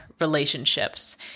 relationships